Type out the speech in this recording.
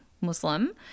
Muslim